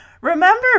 Remember